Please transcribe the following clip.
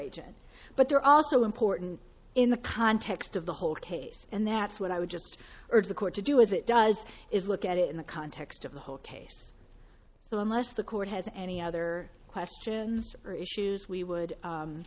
agent but they're also important in the context of the whole case and that's what i would just urge the court to do as it does is look at it in the context of the whole case so unless the court has any other questions or issues we would